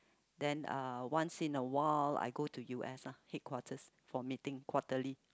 then uh once in a while I go to U_S ah headquarters for meeting quarterly